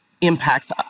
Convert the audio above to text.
impacts